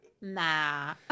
Nah